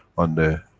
on the,